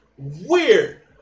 weird